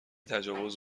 تجاوز